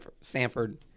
Stanford